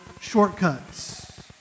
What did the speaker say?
shortcuts